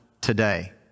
today